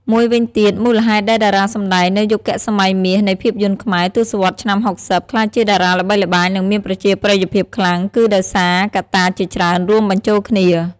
មួយវិញទៀត មូលហេតុដែលតារាសម្តែងនៅយុគសម័យមាសនៃភាពយន្តខ្មែរ ទសវត្សរ៍ឆ្នាំ៦០ ក្លាយជាតារាល្បីល្បាញនិងមានប្រជាប្រិយភាពខ្លាំង គឺដោយសារកត្តាជាច្រើនរួមបញ្ចូលគ្នា។